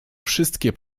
wszystkie